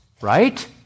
right